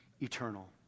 eternal